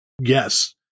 yes